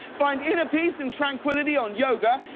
find inner peace and tranquility on yoga.